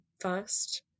first